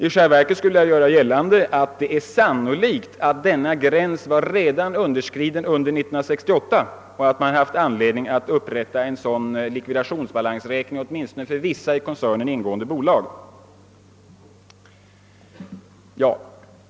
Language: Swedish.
I själva verket vill jag göra gällande att denna gräns sannolikt var överskriden redan 1968 och att man haft anledning att upprätta en sådan balansräkning åtminstone för vissa i koncernen ingående bolag.